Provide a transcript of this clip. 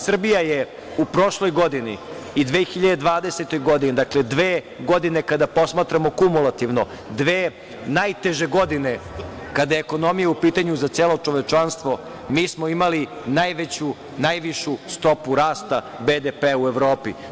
Srbija je u prošloj godini i 2020. godine, dakle, dve godine kada posmatramo kumulativno, dve najteže godine kada je ekonomija u pitanju za celo čovečanstvo mi smo imali najveću, najvišu stopu rasta BDP-a u Evropi.